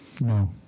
No